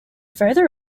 further